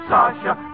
Sasha